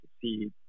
see